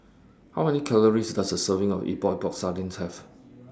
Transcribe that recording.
How Many Calories Does A Serving of Epok Epok Sardin Have